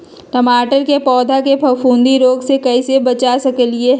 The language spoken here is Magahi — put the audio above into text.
टमाटर के पौधा के फफूंदी रोग से कैसे बचा सकलियै ह?